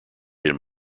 him